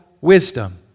wisdom